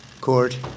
Court